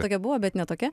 tokia buvo bet ne tokia